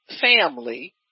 family